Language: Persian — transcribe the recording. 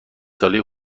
ساله